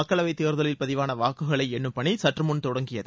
மக்களவைத் தேர்தலில் பதிவான வாக்குகளை எண்ணும் பணி சற்றுமுன் தொடங்கியது